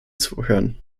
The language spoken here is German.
zuhören